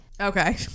Okay